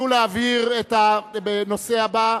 ביקשו להבהיר את הנושא הבא: